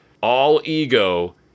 all-ego